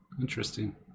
Interesting